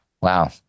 Wow